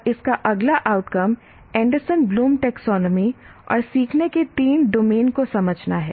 और इसका अगला आउटकम एंडरसन ब्लूम टैक्नोमी और सीखने के 3 डोमेन को समझना है